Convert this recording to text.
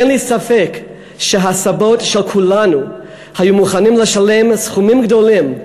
אין לי ספק שהסבים של כולנו היו מוכנים לשלם סכומים גדולים,